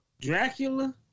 Dracula